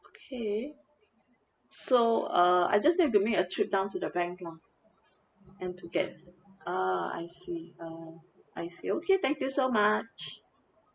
okay so err I just need to be make a trip down to the bank lah and to get ah I see oh I see okay thank you so much